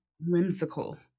whimsical